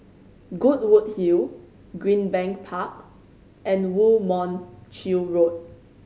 Goodwood Hill Greenbank Park and Woo Mon Chew Road